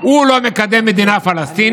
לא נמצא.